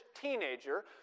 teenager